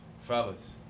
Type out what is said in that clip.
Fellas